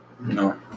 No